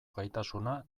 gaitasuna